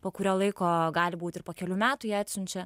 po kurio laiko gali būt ir po kelių metų jie atsiunčia